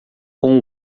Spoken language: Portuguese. com